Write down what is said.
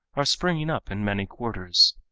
are springing up in many quarters.